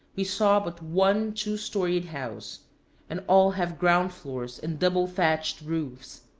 we saw but one two-storied house and all have ground-floors and double-thatched roofs.